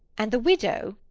and the widow?